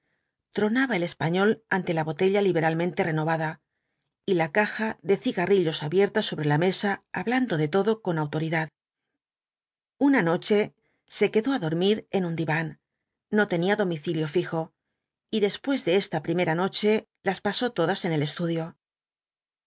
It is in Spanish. tronaba el español ante la botella liberalmente renovada y la caja de cigarrillos abierta sobre la mesa hablando de todo con autoridad una noche se quedó á dormir en un diván no tenía domicilio fijo y después de esta primera noche las pasó todas eu el estudio